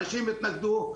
אנשים התנגדו,